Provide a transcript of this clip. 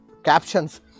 Captions